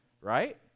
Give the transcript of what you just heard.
right